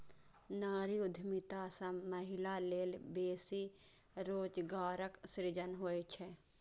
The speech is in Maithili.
नारी उद्यमिता सं महिला लेल बेसी रोजगारक सृजन होइ छै